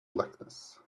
blackness